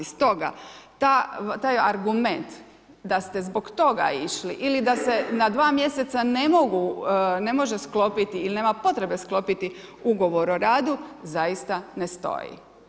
Stoga taj argument da ste zbog toga išli ili da se na dva mjeseca ne može ili nema potrebe sklopiti ugovor o radu zaista ne stoji.